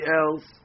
else